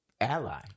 ally